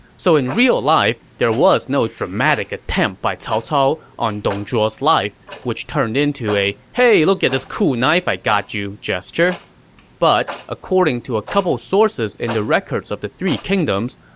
so in real life, there was no dramatic attempt by cao cao on dong zhuo's life that turned into a hey look at this cool knife i got you gesture but according to a couple sources in the records of the three kingdoms,